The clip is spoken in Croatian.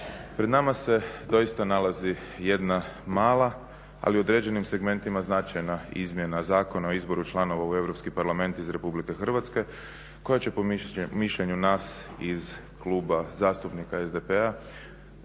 Pred nama se doista nalazi jedna mala ali u određenim segmentima izmjena Zakona o izboru članova u Europski parlament iz RH koja će po mišljenju nas iz Kluba zastupnika SDP-a